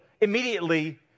immediately